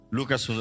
Lucas